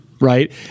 right